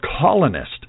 colonist